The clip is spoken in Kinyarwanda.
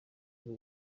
y’u